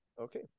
Okay